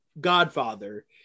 Godfather